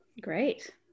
great